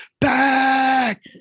back